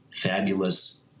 fabulous